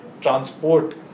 transport